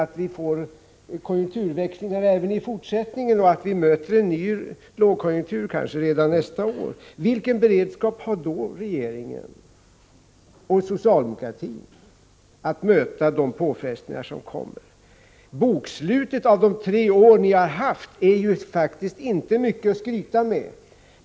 sannolikt att vi får konjunkturväxlingar även i fortsättningen och att vi kan möta en ny lågkonjunktur, kanske redan nästa år. Vilken beredskap har då regeringen och socialdemokratin att möta de påfrestningar som kommer? Bokslutet efter de tre år ni har haft i regeringsställning är faktiskt inte mycket att skryta med.